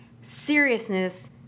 seriousness